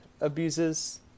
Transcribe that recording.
abuses